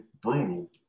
brutal